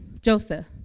Joseph